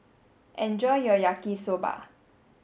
enjoy your Yaki Soba